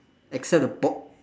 except the bo~